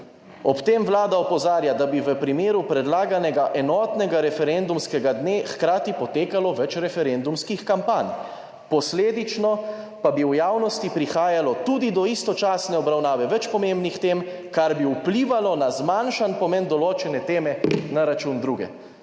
"Ob tem Vlada opozarja, da bi v primeru predlaganega enotnega referendumskega dne hkrati potekalo več referendumskih kampanj, posledično pa bi v javnosti prihajalo tudi do istočasne obravnave več pomembnih tem, kar bi vplivalo na zmanjšan pomen določene teme na račun druge."